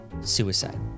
suicide